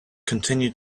continued